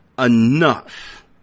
enough